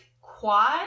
quad